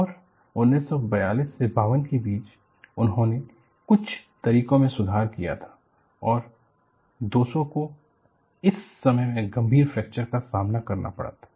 और 1942 से 52 के बीच उन्होंने कुछ तरीकों में सुधार किया था और 200 को इस समय में गंभीर फ्रैक्चर का सामना करना पड़ा था